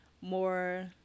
more